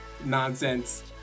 Nonsense